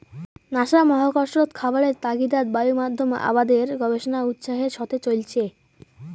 NASA মহাকর্ষত খাবারের তাগিদাত বায়ুমাধ্যম আবাদের গবেষণা উৎসাহের সথে চইলচে